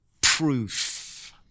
proof